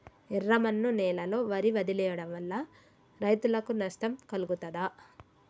ఎర్రమన్ను నేలలో వరి వదిలివేయడం వల్ల రైతులకు నష్టం కలుగుతదా?